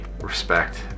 respect